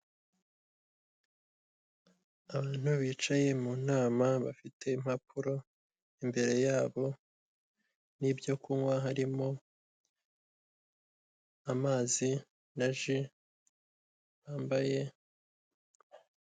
Abantu bicaye mu nama bafite impapuro, imbere yabo n'ibyo kunywa, harimo amazi na ji, bambaye.